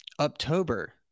October